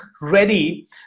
ready